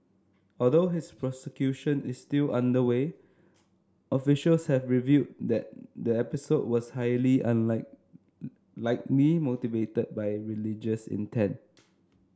although his prosecution is still underway officials have revealed that the episode was highly unlike likely motivated by religious intent